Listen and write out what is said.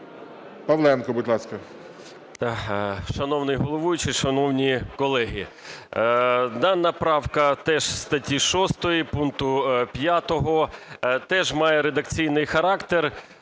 Павленко, будь ласка.